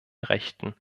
rechten